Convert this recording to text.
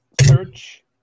search